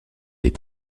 est